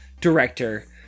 director